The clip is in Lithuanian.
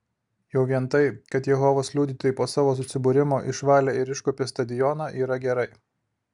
jau vien tai kad jehovos liudytojai po savo susibūrimo išvalė ir iškuopė stadioną yra gerai